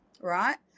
right